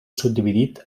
subdividit